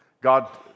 God